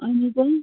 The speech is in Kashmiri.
اَہَن حظ